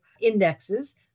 indexes